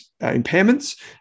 impairments